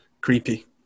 creepy